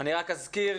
אני אזכיר